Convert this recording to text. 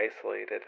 isolated